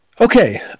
Okay